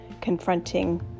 confronting